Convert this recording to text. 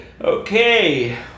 Okay